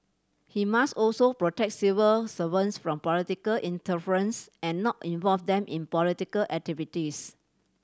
he must also protect civil servants from political interference and not involve them in political activities